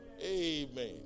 Amen